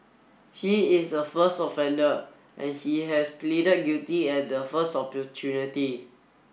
he is a first offender and he has pleaded guilty at the first opportunity